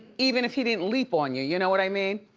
even if he didn't leap on you. you know what i mean?